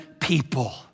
people